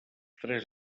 tres